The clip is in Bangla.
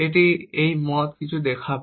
এটি এই মত কিছু দেখাবে